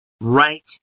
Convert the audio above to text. right